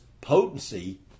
potency